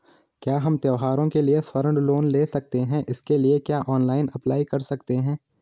क्या हम त्यौहारों के लिए स्वर्ण लोन ले सकते हैं इसके लिए क्या ऑनलाइन अप्लाई कर सकते हैं?